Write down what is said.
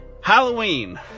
Halloween